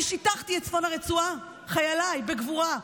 אני שיטחתי את צפון הרצועה, חייליי, בגבורה,